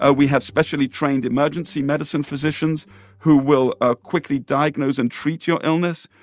ah we have specially trained emergency medicine physicians who will ah quickly diagnose and treat your illness.